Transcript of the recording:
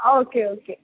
okay okay